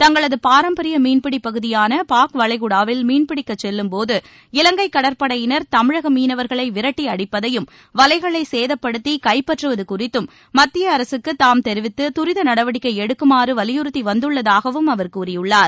தங்களது பாரம்பரிய மீன்பிடி பகுதியான பாக் வளைகுடாவில் மீன்பிடிக்கச் செல்லும்போது இலங்கை கடற்படையினர் தமிழக மீனவர்களை விரட்டி அடிப்பதையும் வலைகளை சேதப்படுத்தி கைப்பற்றுவது குறித்தும் மத்திய அரசுக்கு தாம் தெரிவித்து துரித நடவடிக்கை எடுக்குமாறு வலியுறுத்தி வந்துள்ளதாகவும் அவர் கூறியுள்ளார்